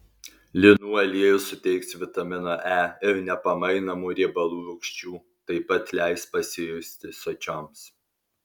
linų aliejus suteiks vitamino e ir nepamainomų riebalų rūgščių taip pat leis pasijusti sočioms